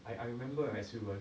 I remember as we were